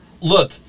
Look